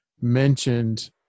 mentioned